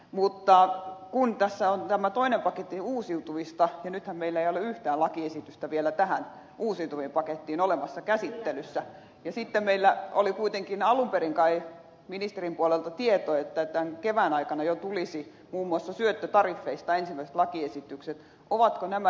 mutta kun tässä on tämä toinen paketti uusiutuvista ja nythän meillä ei ole yhtään lakiesitystä vielä tähän uusiutuvien pakettiin olemassa käsittelyssä ja sitten meillä oli kuitenkin alun perin kai ministerin puolelta tieto että tämän kevään aikana jo tulisivat muun muassa syöttötariffeista ensimmäiset lakiesitykset niin ovatko nämä nyt minkälaisessa aikataulussa